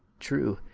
true,